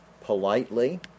politely